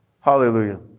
Hallelujah